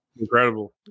incredible